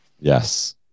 yes